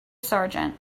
sergeant